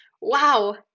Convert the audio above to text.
Wow